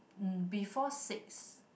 mm before six